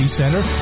center